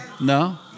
no